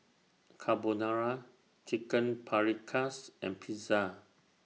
Carbonara Chicken Paprikas and Pizza